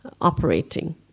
operating